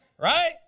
right